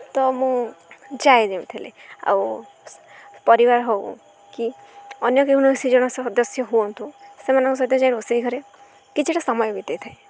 ତ ମୁଁ ଯାଏ ଯେମିତି ହେଲେ ଆଉ ପରିବାର ହଉ କି ଅନ୍ୟ କୌଣସି ଜଣ ସଦସ୍ୟ ହୁଅନ୍ତୁ ସେମାନଙ୍କ ସହିତ ଯାଏ ରୋଷେଇ ଘରେ କିଛିଟା ସମୟ ବିତାଇଥାଏ